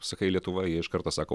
sakai lietuva jie iš karto sako